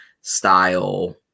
style